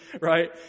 Right